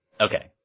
Okay